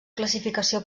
classificació